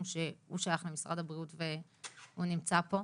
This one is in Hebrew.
שהוא שייך למשרד הבריאות והוא נמצא פה.